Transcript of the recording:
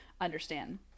understand